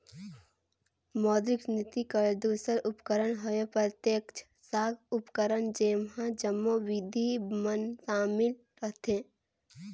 मौद्रिक नीति कर दूसर उपकरन हवे प्रत्यक्छ साख उपकरन जेम्हां जम्मो बिधि मन सामिल रहथें